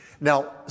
Now